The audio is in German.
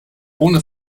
ohne